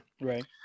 Right